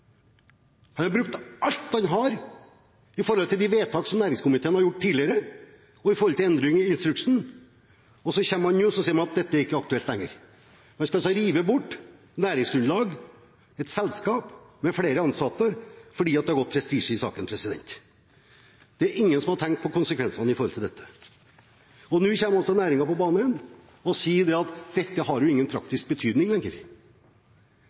Han har brukt alt han har i henhold til de vedtak som næringskomiteen har gjort tidligere, og i henhold til endringer i instruksen, og så kommer man nå og sier at dette er ikke lenger aktuelt. Man skal altså rive bort næringsgrunnlag, et selskap med flere ansatte, fordi det har gått prestisje i saken. Det er ingen som har tenkt på konsekvensene av dette. Nå kommer også næringen på banen igjen og sier at dette ikke lenger har noen praktisk betydning.